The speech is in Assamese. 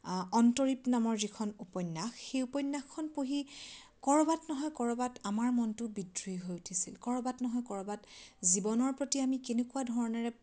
আ অন্তৰীপ নামৰ যিখন উপন্যাস সেই উপন্যাসখন পঢ়ি ক'ৰবাত নহয় ক'ৰবাত আমাৰ মনটো বিদ্ৰোহী হৈ উঠিছিল ক'ৰবাত নহয় ক'ৰবাত জীৱনৰ প্ৰতি আমি কেনেকুৱা ধৰণেৰে